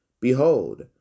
Behold